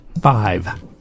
Five